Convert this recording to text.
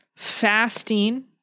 Fasting